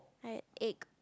I had egg